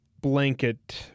blanket